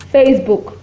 Facebook